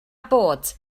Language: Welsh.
bod